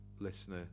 listener